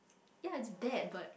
ya it's bad but